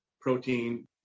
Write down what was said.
protein